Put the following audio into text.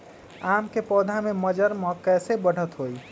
आम क पौधा म मजर म कैसे बढ़त होई?